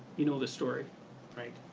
you know this story right?